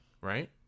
right